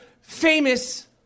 famous